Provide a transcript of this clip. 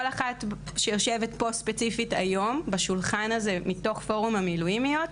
כל אחת שיושבת פה ספציפית היום בשולחן הזה מתוך פורום המילואימיות,